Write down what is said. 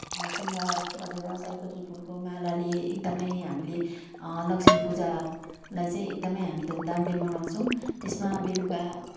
शृङ्गार गरेर सयपत्री फुलको मालाले एकदमै हामीले लक्ष्मी पूजालाई चाहिँ एकदमै हामी धुमधामले मनाउँछौँ त्यसमा बेलुका